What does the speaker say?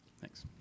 Thanks